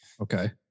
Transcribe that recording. Okay